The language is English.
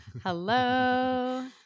Hello